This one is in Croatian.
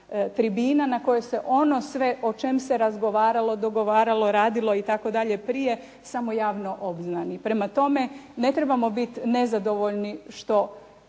tribina na kojoj se ono sve o čemu se razgovaralo, dogovaralo, radilo itd. prije samo javno obznani. Prema tome, ne trebamo biti nezadovoljni što